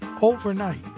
Overnight